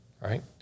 right